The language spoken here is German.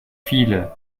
viele